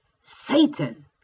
Satan